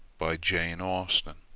by jane austen